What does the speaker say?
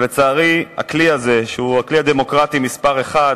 לצערי, הכלי הזה, שהוא הכלי הדמוקרטי מספר אחת,